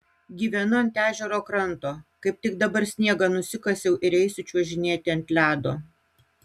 gyvenu ant ežero kranto kaip tik dabar sniegą nusikasiau ir eisiu čiuožinėti ant ledo